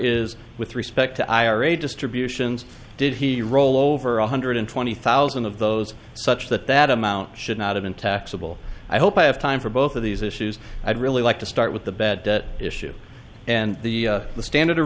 is with respect to ira distributions did he rolled over one hundred twenty thousand of those such that that amount should not have been taxable i hope i have time for both of these issues i'd really like to start with the bad debt issue and the the standard